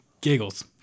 giggles